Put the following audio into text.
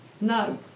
No